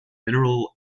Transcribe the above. mineral